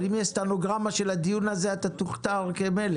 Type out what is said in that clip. אבל אם יש סטנוגרמה של הדיון הזה אתה תוכתר כמלך,